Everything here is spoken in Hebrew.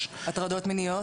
הטרדות מיניות.